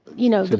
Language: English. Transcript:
you know, the